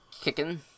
kicking